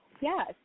Yes